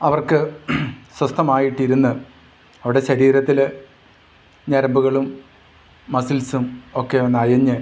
അവർക്ക് സ്വസ്ഥമായിട്ടിരുന്ന് അവരുടെ ശരീരത്തിൽ ഞരമ്പുകളും മസിൽസും ഒക്കെ ഒന്ന് അയഞ്ഞ്